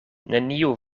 neniu